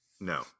No